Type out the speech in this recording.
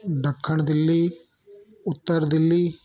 दखण दिल्ली उत्तर दिल्ली